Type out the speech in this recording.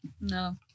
no